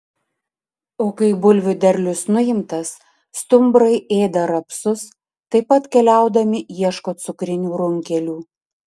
o kai bulvių derlius nuimtas stumbrai ėda rapsus taip pat keliaudami ieško cukrinių runkelių